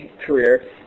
career